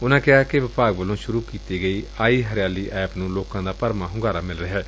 ਉਨੂਾ ਦੱਸਿਆ ਕਿ ਵਿਭਾਗ ਵੱਲੋਂ ਸ਼ੁਰੁ ਕੀਤੀ ਗਈ ਆਈ ਹੱਰਿਆਲੀ ਐਪ ਨੂੰ ਲੋਕਾਂ ਦਾ ਭਰਵਾਂ ਹੁੰਗਾਰਾ ਮਿਲ ਰਿਹੈ